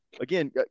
Again